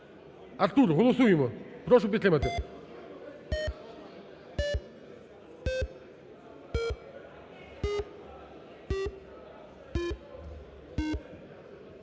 Артур, голосуємо, прошу підтримати.